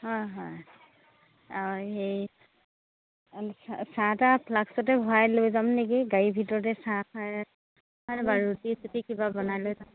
হয় হয় অ সেই চাহ তাহ ফ্লাক্সতে ভৰাই লৈ যাম নেকি গাড়ীৰ ভিতৰতে চাহ খাই বাৰু ৰুটি চুটি কিবা বনাই লৈ যাম